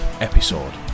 episode